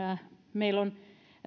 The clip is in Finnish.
meillä on